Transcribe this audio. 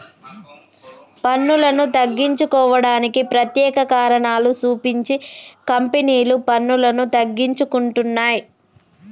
పన్నులను తగ్గించుకోవడానికి ప్రత్యేక కారణాలు సూపించి కంపెనీలు పన్నులను తగ్గించుకుంటున్నయ్